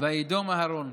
"וידום אהרן".